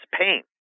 pain